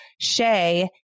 Shay